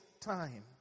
time